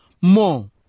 more